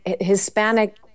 Hispanic